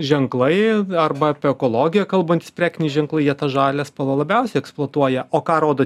ženklai arba apie ekologiją kalbantys prekiniai ženklai jie tą žalią spalvą labiausiai eksploatuoja o ką rodo